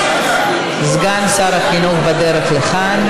סגן שר החינוך בדרך לכאן.